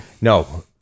No